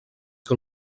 que